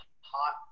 hot